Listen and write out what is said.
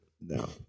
No